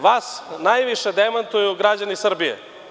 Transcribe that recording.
Vas najviše demantuju građani Srbije.